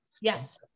Yes